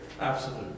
absolute